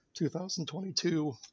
2022